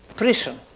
prison